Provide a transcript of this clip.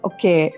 Okay